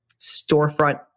storefront